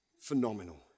Phenomenal